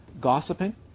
Gossiping